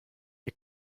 ihr